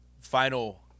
Final